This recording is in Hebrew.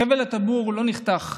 חבל הטבור לא נחתך.